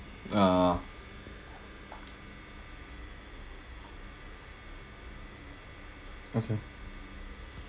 ah okay